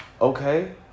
Okay